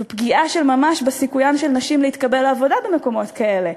זו פגיעה של ממש בסיכוי של נשים להתקבל לעבודה במקומות כאלה,